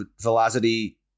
Velocity